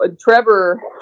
Trevor